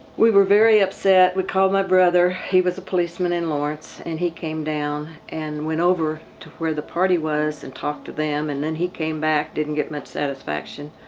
we were very upset. we called my brother. he was a policeman in lawrence and he came down and went over to where the party was and talked to them. and then he came back, didn't get much satisfaction.